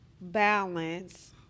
balance